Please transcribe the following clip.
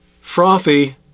frothy